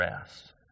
rest